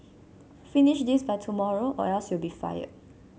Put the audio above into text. finish this by tomorrow or else you'll be fired